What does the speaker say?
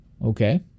okay